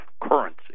currency